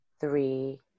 three